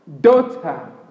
daughter